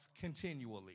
continually